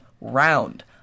round